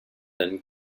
and